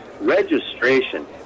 registration